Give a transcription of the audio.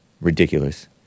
Ridiculous